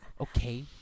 Okay